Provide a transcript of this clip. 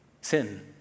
sin